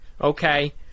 Okay